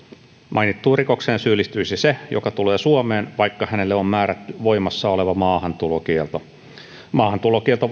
mainittuun rikokseen syyllistyisi se joka tulee suomeen vaikka hänelle on määrätty voimassa oleva maahantulokielto maahantulokielto